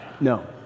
No